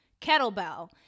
kettlebell